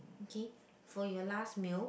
okay for your last meal